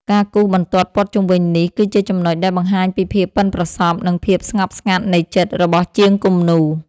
ការគូសបន្ទាត់ព័ទ្ធជុំវិញនេះ គឺជាចំណុចដែលបង្ហាញពីភាពប៉ិនប្រសប់ និងភាពស្ងប់ស្ងាត់នៃចិត្តរបស់ជាងគំនូរ។